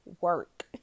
work